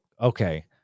okay